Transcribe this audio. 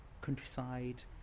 countryside